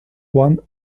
jan